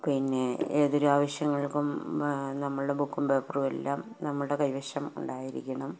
പിന്നെ ഏതൊരു ആവശ്യങ്ങൾക്കും നമ്മുടെ ബുക്കും പേപ്പറുമെല്ലാം നമ്മുടെ കൈവശമുണ്ടായിരിക്കണം